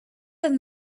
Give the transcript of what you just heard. than